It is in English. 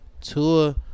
Tua